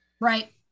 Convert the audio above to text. right